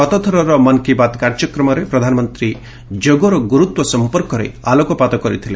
ଗତ ଥରର ମନ୍ କି ବାତ୍ କାର୍ଯ୍ୟକ୍ରମରେ ପ୍ରଧାନମନ୍ତ୍ରୀ ଯୋଗର ଗୁରୁତ୍ୱ ସମ୍ପର୍କରେ ଆଲୋକପାତ କରିଥିଲେ